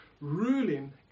Ruling